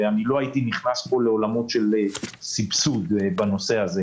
לא הייתי נכנס לעולמות של סבסוד בנושא הזה,